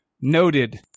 Noted